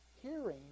hearing